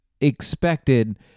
expected